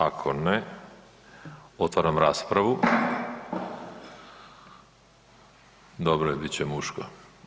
Ako ne, otvaram raspravu, dobro je bit će muško.